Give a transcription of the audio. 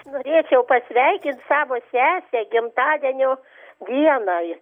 norėčiau pasveikint savo sesę gimtadienio dienai